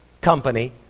company